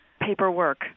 paperwork